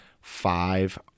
Five